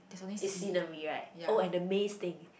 it's scenery right all amaze thing